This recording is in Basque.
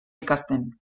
ikasten